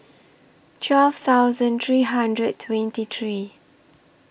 twelve thousand three hundred twenty three